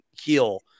heal